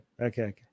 okay